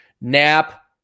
nap